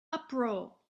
uproar